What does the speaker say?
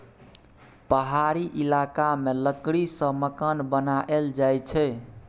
पहाड़ी इलाका मे लकड़ी सँ मकान बनाएल जाई छै